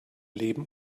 leben